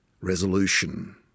resolution